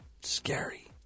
Scary